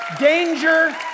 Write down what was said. danger